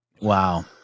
wow